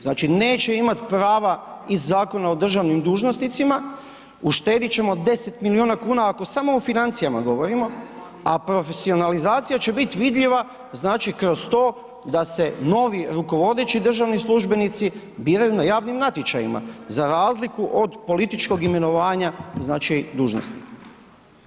Znači neće imat prava iz Zakona o državnim dužnosnicima, uštedjet ćemo 10 milijuna kuna ako samo o financijama govorimo a profesionalizacija će biti vidljiva znači kroz to da se novi rukovodeći državni službenici biraju na javnim natječajima za razliku od političkog imenovanja dužnosnika.